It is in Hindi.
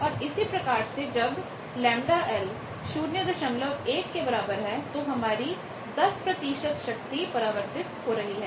और इसी प्रकार से जब ΓL 01 के बराबर है तो हमारी 10 शक्ति परावर्तित हो रही है